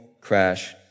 crash